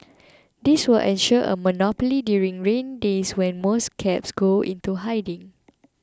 this will ensure a monopoly during rainy days when most cabs go into hiding